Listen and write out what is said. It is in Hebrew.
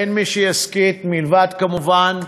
אין מי שיסכית, מלבד, כמובן,